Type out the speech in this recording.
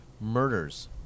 murders